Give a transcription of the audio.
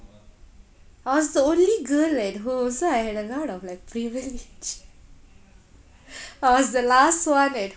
I was the only girl at home so I had a lot of like privilege I was the last one at